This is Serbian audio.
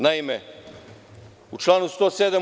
Naime, u članu 107.